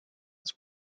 its